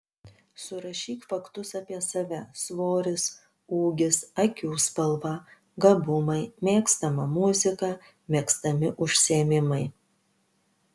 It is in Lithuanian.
surašyk faktus apie save svoris ūgis akių spalva gabumai mėgstama muzika mėgstami užsiėmimai